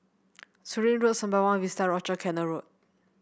Surin Road Sembawang Vista Rochor Canal Road